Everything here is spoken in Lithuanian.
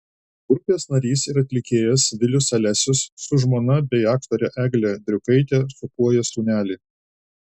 grupės narys ir atlikėjas vilius alesius su žmona bei aktore egle driukaite sūpuoja sūnelį